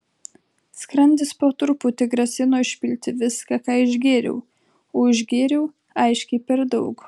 skrandis po truputį grasino išpilti viską ką išgėriau o išgėriau aiškiai per daug